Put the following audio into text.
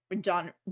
John